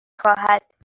خواهد